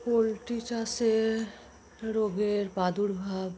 poultry চাষে রোগের প্রাদুর্ভাব